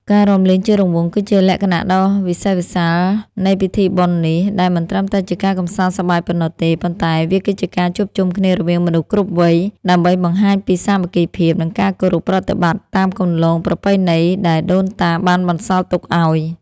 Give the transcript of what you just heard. ការរាំលេងជារង្វង់គឺជាលក្ខណៈដ៏វិសេសវិសាលនៃពិធីបុណ្យនេះ ដែលមិនត្រឹមតែជាការកម្សាន្តសប្បាយប៉ុណ្ណោះទេ ប៉ុន្តែវាគឺជាការជួបជុំគ្នារវាងមនុស្សគ្រប់វ័យ ដើម្បីបង្ហាញពីសាមគ្គីភាព និងការគោរពប្រតិបត្តិតាមគន្លងប្រពៃណីដែលដូនតាបានបន្សល់ទុកឱ្យ។